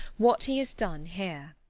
what he has done here.